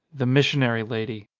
the missionary lady